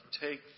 take